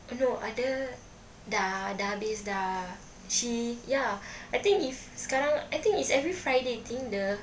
uh no ada dah dah habis dah she ya I think if sekarang I think is every friday I think the